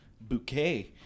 bouquet